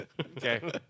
Okay